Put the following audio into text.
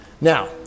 now